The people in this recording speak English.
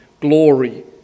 glory